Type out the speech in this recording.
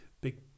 big